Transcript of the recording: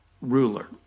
ruler